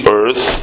earth